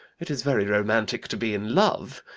it is very romantic to be in love.